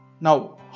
now